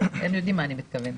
הם יודעים למה אני מתכוונת.